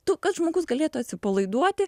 tu kad žmogus galėtų atsipalaiduoti